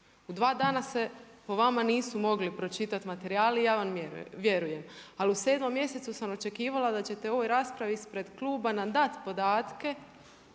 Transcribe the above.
u dva dana se po vama nisu mogli pročitati materijali i ja vam vjerujem. Ali u 7. mjesecu sam očekivala da ćete u ovoj raspravi ispred kluba nam dati podatke